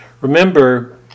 Remember